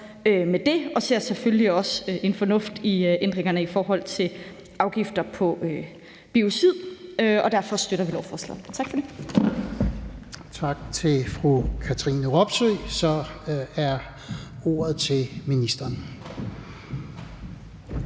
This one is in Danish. med det, og vi ser selvfølgelig også en fornuft i ændringerne i forhold til afgifter på biocid, og derfor støtter vi lovforslaget. Kl. 12:54 Fjerde næstformand (Lars-Christian Brask): Tak til fru Katrine Robsøe. Så gives ordet til ministeren.